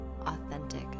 authentic